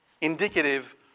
indicative